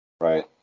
Right